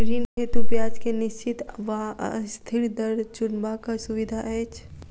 ऋण हेतु ब्याज केँ निश्चित वा अस्थिर दर चुनबाक सुविधा अछि